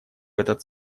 этот